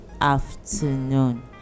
afternoon